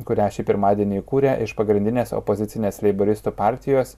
kurią šį pirmadienį įkūrė iš pagrindinės opozicinės leiboristų partijos